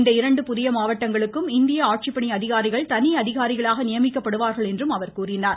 இந்த இரண்டு புதிய மாவட்டங்களுக்கும் இந்திய ஆட்சிப்பணி அதிகாரிகள் தனி அதிகாரிகளாக நியமிக்கப்படுவார்கள் என்றும் அவர் கூறினார்